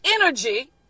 energy